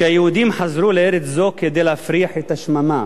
שהיהודים חזרו לארץ זו כדי להפריח את השממה.